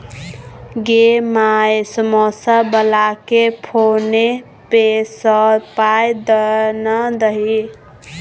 गै माय समौसा बलाकेँ फोने पे सँ पाय दए ना दही